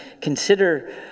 consider